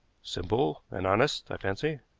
simple and honest, i fancy.